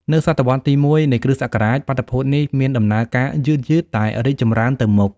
នៅសតវត្សរ៍ទី ១ នៃគ្រិស្តសករាជ បាតុភូតនេះមានដំណើរការយឺតៗតែរីកចម្រើនទៅមុខ។